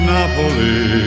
Napoli